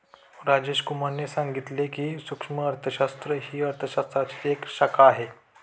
राजेश कुमार ने सांगितले की, सूक्ष्म अर्थशास्त्र ही अर्थशास्त्राचीच एक शाखा आहे